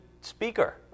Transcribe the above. speaker